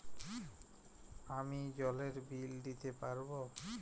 আমি জলের বিল দিতে পারবো?